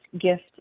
gift